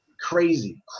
crazy